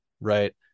right